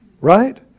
right